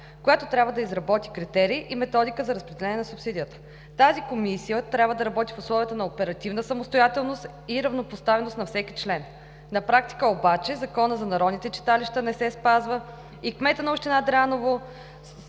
която трябва да изработи критерии и методика за разпределение на субсидията. Тази комисия трябва да работи в условията на оперативна самостоятелност и равнопоставеност на всеки член. На практика обаче Законът за народните читалища не се спазва и кметът на община Дряново